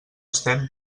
estem